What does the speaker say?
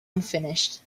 unfinished